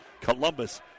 columbus